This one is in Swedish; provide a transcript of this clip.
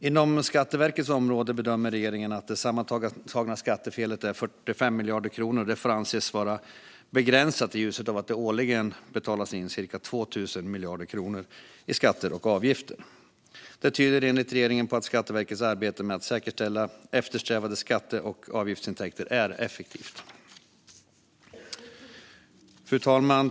Inom Skatteverkets område bedömer regeringen att det sammantagna skattefelet är 45 miljarder kronor, vilket får anses vara begränsat i ljuset av att det årligen betalas in cirka 2 000 miljarder kronor i skatter och avgifter. Det tyder enligt regeringen på att Skatteverkets arbete med att säkerställa eftersträvade skatte och avgiftsintäkter är effektivt. Fru talman!